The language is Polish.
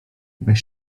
weź